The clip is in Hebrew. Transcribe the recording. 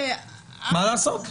מה לעשות?